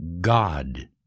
God